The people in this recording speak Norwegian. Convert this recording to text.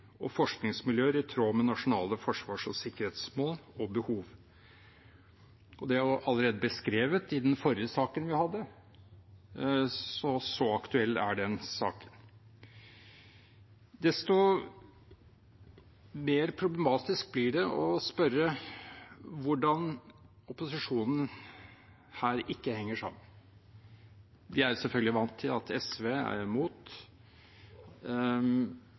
og norske forskningsmiljøer i tråd med nasjonale forsvars- og sikkerhetsmål og -behov. Det er allerede beskrevet i den forrige saken vi hadde – så aktuelt er det. Desto mer problematisk blir det å spørre hvordan opposisjonen ikke henger sammen. Vi er selvfølgelig vant til at SV er imot,